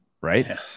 right